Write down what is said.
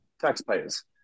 Taxpayers